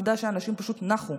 בזכות העובדה שהנשים פשוט נחו.